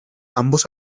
ambos